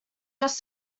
just